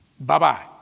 Bye-bye